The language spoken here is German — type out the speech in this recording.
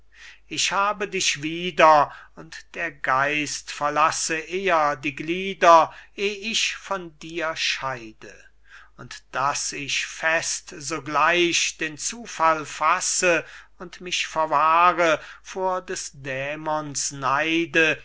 ich habe dich wieder und der geist verlasse eher die glieder eh ich von dir scheide und daß ich fest sogleich den zufall fasse und mich verwahre vor des dämons neide